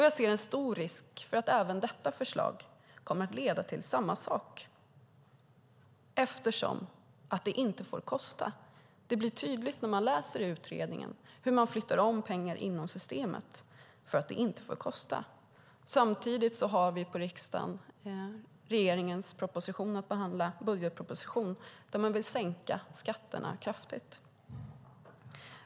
Jag ser en stor risk för att även detta förslag kommer att leda till samma sak, eftersom det inte får kosta. När man läser utredningen blir det tydligt hur pengar flyttas om inom systemet för att det inte får kosta. Samtidigt har vi i riksdagen att behandla regeringens budgetproposition, där man vill sänka skatterna kraftigt.